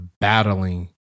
battling